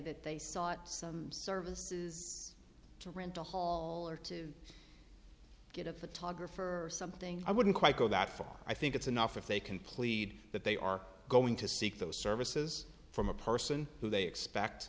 that they sought some services to rent a hall or to get a photographer something i wouldn't quite go that far i think it's enough if they can plead that they are going to seek those services from a person who they expect